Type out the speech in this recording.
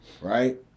Right